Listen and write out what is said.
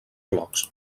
blocs